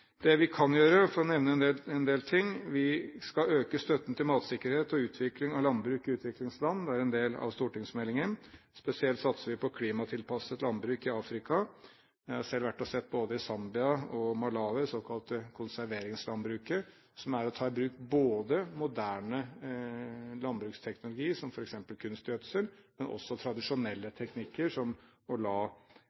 Det vi kan gjøre, for å nevne en del ting, er: Vi skal øke støtten til matsikkerhet og utvikling av landbruk i utviklingsland, det er en del av stortingsmeldingen. Spesielt satser vi på klimatilpasset landbruk i Afrika. Jeg har selv vært og sett – både i Zambia og i Malawi – det såkalte konserveringslandbruket, som er å ta i bruk moderne landbruksteknologi, som f.eks. kunstgjødsel, men også ta i bruk tradisjonelle